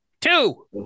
Two